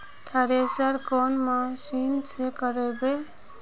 Thresher कौन machine से करबे?